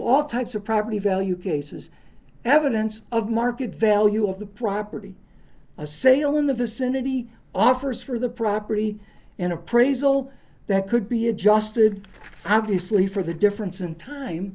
all types of property value cases evidence of market value of the property a sale in the vicinity offers for the property an appraisal that could be adjusted obviously for the difference in time